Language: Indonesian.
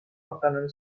makanan